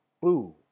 boo